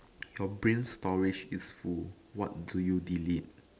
your brain storage is full what do you delete